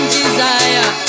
desire